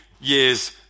years